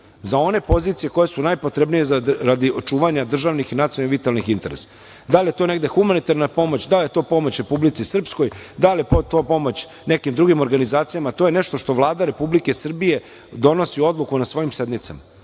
za one pozicije koje su najpotrebnije radi očuvanja državnih i nacionalnih i vitalnih interesa. Da li je to negde humanitarna pomoć, da li je to pomoć Republici Srpskoj, da li je to pomoć nekim drugim organizacijama, to je nešto što Vlada Republike Srbije donosi odluku na svojim sednicama,